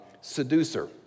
seducer